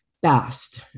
best